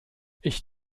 ich